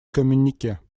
коммюнике